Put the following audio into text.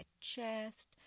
chest